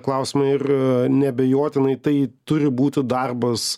klausimai ir neabejotinai tai turi būti darbas